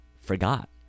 forgot